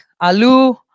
Alu